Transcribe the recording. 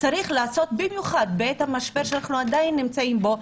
צריך לעשות במיוחד בעת המשבר שאנחנו עדיין נמצאים בו,